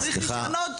לא צריך רישיונות.